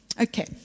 Okay